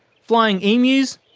flying emus?